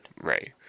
Right